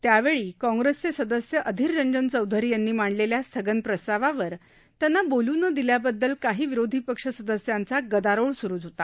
त्यावेळी काँग्रेसचे सदस्य अधिर रंजन चौधरी यांनी मांडलेल्या स्थगन प्रस्तावावर त्यांना बोलू न दिल्याबददल काही विरोधी पक्ष सदस्यांचा गदारोळ सुरू होता